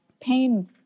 pain